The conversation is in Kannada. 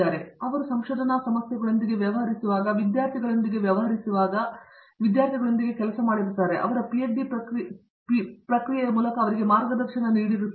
ಆದ್ದರಿಂದ ಅವರು ಸಂಶೋಧನಾ ಸಮಸ್ಯೆಗಳೊಂದಿಗೆ ವ್ಯವಹರಿಸುವಾಗ ವಿದ್ಯಾರ್ಥಿಗಳೊಂದಿಗೆ ವ್ಯವಹರಿಸುವಾಗ ವಿದ್ಯಾರ್ಥಿಗಳೊಂದಿಗೆ ಕೆಲಸ ಮಾಡುತ್ತಾರೆ ಮತ್ತು ಅವರ ಪಿಎಚ್ಡಿ ಪ್ರಕ್ರಿಯೆಯ ಮೂಲಕ ಅವರಿಗೆ ಮಾರ್ಗದರ್ಶನ ನೀಡುತ್ತಾರೆ